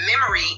memory